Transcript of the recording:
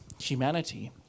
humanity